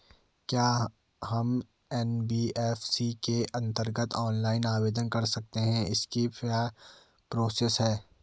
क्या हम एन.बी.एफ.सी के अन्तर्गत ऑनलाइन आवेदन कर सकते हैं इसकी क्या प्रोसेस है?